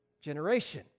generation